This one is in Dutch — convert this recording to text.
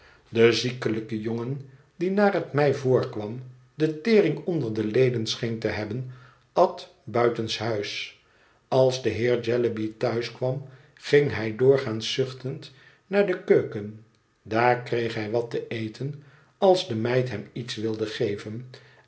de ziekelijke jongen die naar het mij voorkwam de tering onder de leden scheen te hebben at buitenshuis als de heer jellyby thuis kwam ging hij doorgaans zuchtend naar de keuken daar kreeg hij wat te eten als de meid hem iets wilde geven